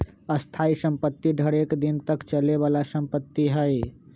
स्थाइ सम्पति ढेरेक दिन तक चले बला संपत्ति हइ